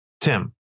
Tim